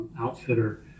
outfitter